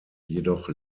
jedoch